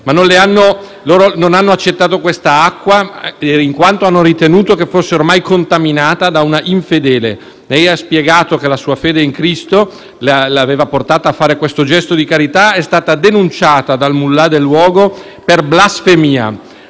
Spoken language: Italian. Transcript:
che non hanno accettato l'acqua in quanto hanno ritenuto che fosse ormai contaminata da una infedele. Lei ha spiegato che la sua fede in Cristo l'aveva portata a fare questo gesto di carità ed è stata denunciata dal mullah del luogo per blasfemia.